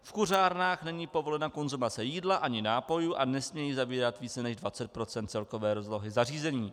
V kuřárnách není povolena konzumace jídla ani nápojů a nesmějí zabírat více než 20 % celkové rozlohy zařízení.